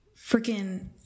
freaking